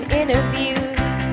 interviews